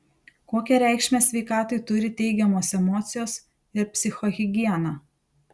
kokią reikšmę sveikatai turi teigiamos emocijos ir psichohigiena